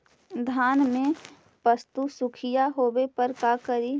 धान मे पत्सुखीया होबे पर का करि?